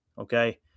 okay